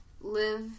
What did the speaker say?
live